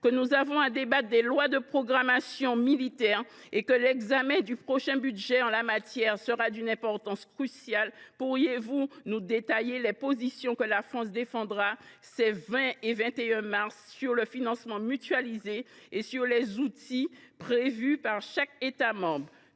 que nous avons à débattre des projets de loi de programmation militaire, et que l’examen du prochain budget, sur ce point, sera d’une importance cruciale, pourriez vous nous détailler les positions que la France défendra ces 20 et 21 mars, sur le financement mutualisé et sur les outils prévus par chaque État membre ?